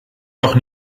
doch